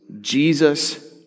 Jesus